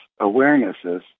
awarenesses